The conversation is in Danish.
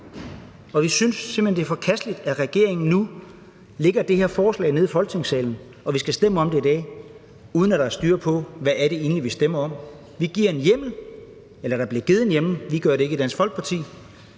Vi synes simpelt hen, det er forkasteligt, at regeringen nu bringer det her forslag ned i Folketingssalen, så vi skal stemme om det i dag, uden at der er styr på, hvad det egentlig er, vi stemmer om. Vi giver en hjemmel – eller der bliver givet en hjemmel, for vi gør det ikke i Dansk Folkeparti